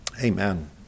Amen